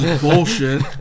bullshit